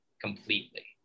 completely